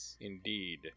indeed